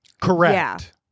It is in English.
Correct